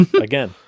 Again